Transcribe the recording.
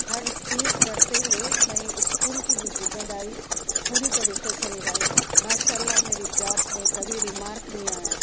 ہر چیز کرتے ہوئے میں اسکول کی بھی ذمہ داری پوری طریقے سے نبھائی ماشاء اللہ میری جاب میں کبھی ریمارک نہیں آیا